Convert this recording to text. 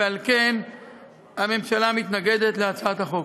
ועל כן הממשלה מתנגדת להצעת החוק.